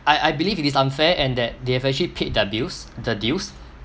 I I believe it is unfair and that they have actually paid their bills the dues